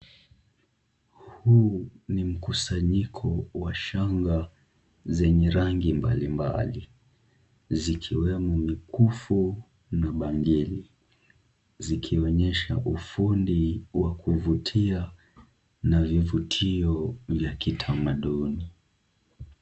Huu ni mkusanyiko wa shanga zenye rangi mbali mbali zikiwemo mikufu na bangili zikionyesha ufundi wa kuvutia na vivutio vya kitamaduni.